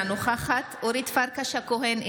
אינה נוכחת אורית פרקש הכהן,